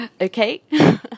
okay